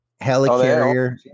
Helicarrier